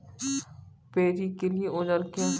Paddy के लिए औजार क्या हैं?